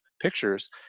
pictures